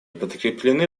подкреплены